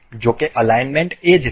જો કે અલાઈનમેન્ટ એ જ છે